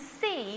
see